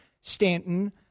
Stanton